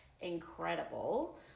incredible